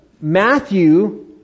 Matthew